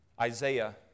Isaiah